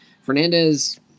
Fernandez